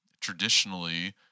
traditionally